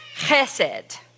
chesed